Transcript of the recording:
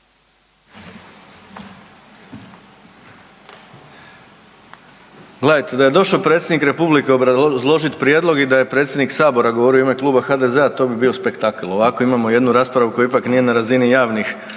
Gledajte, da je došao Predsjednik Republike obrazložiti prijedlog i da je predsjednik Sabora govorio u ime Kluba HDZ-a, to bi bio spektakl, ovako imamo jednu raspravu koja ipak nije na razini javnih